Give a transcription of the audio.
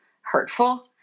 hurtful